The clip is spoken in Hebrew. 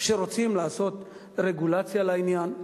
שרוצים לעשות רגולציה לעניין.